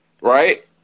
right